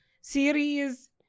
series